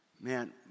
man